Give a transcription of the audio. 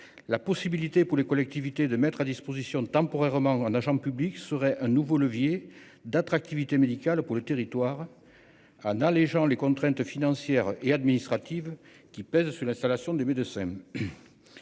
La possibilité offerte aux collectivités territoriales de mettre temporairement à disposition un agent public constituerait un nouveau levier d'attractivité médicale pour les territoires, en allégeant les contraintes financières et administratives qui pèsent sur l'installation des médecins.